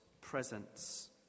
presence